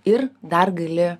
ir dar gali